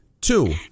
two